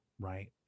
right